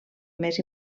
més